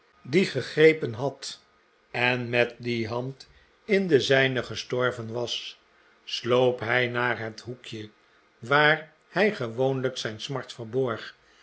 die gegrepen had en met die hand in de zijne gestorven was sloop hij naar het hoekje waar hij gewoonlijk zijn smart verborg